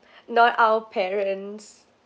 not our parents